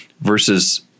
versus